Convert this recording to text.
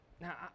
Now